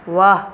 वाह